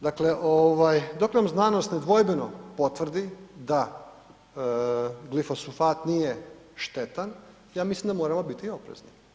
Dakle, dok nam znanost nedvojbeno potvrdi da glifosfat nije štetan, ja mislim da moramo biti oprezni.